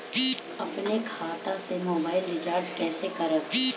अपने खाता से मोबाइल रिचार्ज कैसे करब?